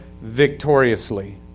victoriously